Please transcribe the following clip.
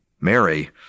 Mary